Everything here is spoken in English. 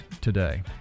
today